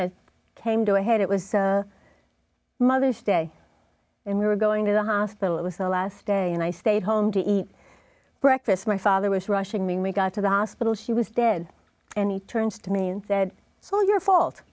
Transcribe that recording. of came to a head it was mother's day and we were going to the hospital it was the last day and i stayed home to eat breakfast my father was rushing mean we got to the hospital she was dead and he turns to me and said so your fault